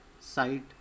site